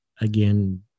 again